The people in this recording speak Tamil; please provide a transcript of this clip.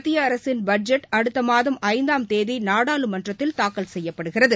மத்தியஅரசின் பட்ஜெட் அடுத்தமாதம் ஐந்தாம் தேதிநாடாளுமன்றத்தில் தாக்கல் செய்யப்படுகிறது